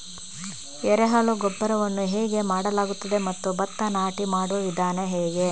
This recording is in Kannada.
ಎರೆಹುಳು ಗೊಬ್ಬರವನ್ನು ಹೇಗೆ ಮಾಡಲಾಗುತ್ತದೆ ಮತ್ತು ಭತ್ತ ನಾಟಿ ಮಾಡುವ ವಿಧಾನ ಹೇಗೆ?